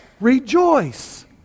rejoice